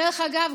דרך אגב,